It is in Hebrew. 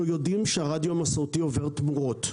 אנחנו יודעים שהרדיו המסורתי עובר תמורות.